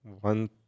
one